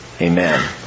Amen